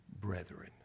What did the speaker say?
brethren